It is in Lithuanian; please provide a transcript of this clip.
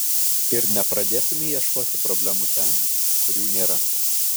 ir nepradėtumei ieškoti problemų ten kur jų nėra